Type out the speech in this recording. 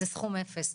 זה סכום אפס.